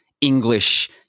English –